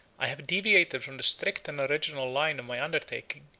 i have deviated from the strict and original line of my undertaking,